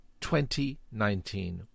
2019